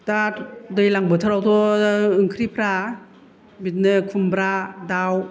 दा दैज्लां बोथोरावथ' ओंख्रिफोरा बिदिनो खुमब्रा दाव